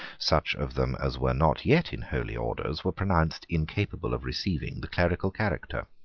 such of them as were not yet in holy orders were pronounced incapable of receiving the clerical character.